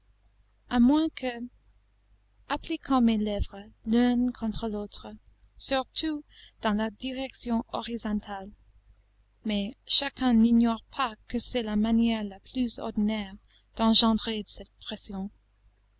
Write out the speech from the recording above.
a moins que appliquant mes lèvres l'une contre l'autre surtout dans la direction horizontale mais chacun n'ignore pas que c'est la manière la plus ordinaire d'engendrer cette pression